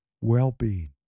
well-being